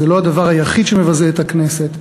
וזה לא הדבר היחיד שמבזה את הכנסת,